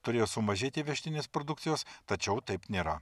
turėjo sumažėti įvežtinės produkcijos tačiau taip nėra